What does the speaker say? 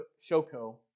Shoko